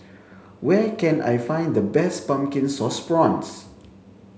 where can I find the best pumpkin sauce prawns